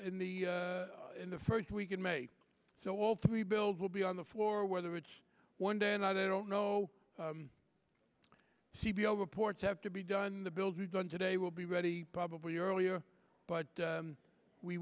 in the in the first week of may so all three bills will be on the floor whether it's one day and i don't know c b all reports have to be done the bills are done today will be ready probably earlier but